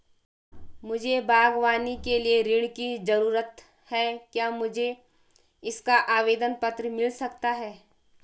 मुझे बागवानी के लिए ऋण की ज़रूरत है क्या मुझे इसका आवेदन पत्र मिल सकता है?